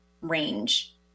range